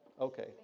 Okay